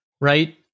right